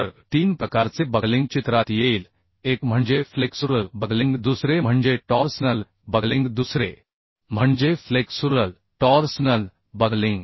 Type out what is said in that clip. तर तीन प्रकारचे बकलिंग चित्रात येईल एक म्हणजे फ्लेक्सुरल बकलिंग दुसरे म्हणजे टॉर्सनल बकलिंग दुसरे म्हणजे फ्लेक्सुरल टॉर्सनल बकलिंग